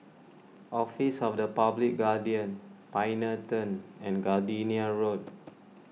Office of the Public Guardian Pioneer Turn and Gardenia Road